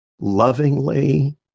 lovingly